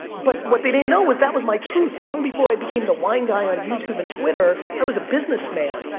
but what they didn't know was that was my truth. long before i became the wine guy on youtube and twitter, i was a business man,